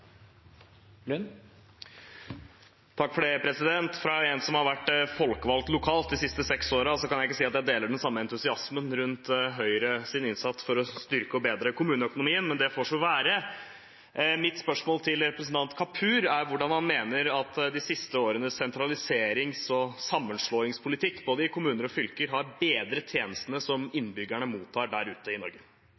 seks årene, kan jeg ikke si at jeg deler den samme entusiasmen rundt Høyres innsats for å styrke og bedre kommuneøkonomien, men det får så være. Mitt spørsmål til representanten Kapur er hvordan han mener at de siste årenes sentraliserings- og sammenslåingspolitikk, både i kommuner og fylker, har bedret tjenestene som